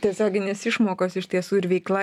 tiesioginės išmokos iš tiesų ir veikla